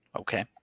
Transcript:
Okay